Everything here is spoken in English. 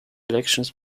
elections